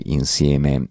insieme